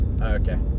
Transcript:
Okay